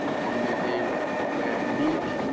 and they they were, indeed,